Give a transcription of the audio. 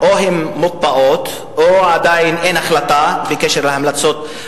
אני לא מציע את ההצעה הפרטנית הזאת,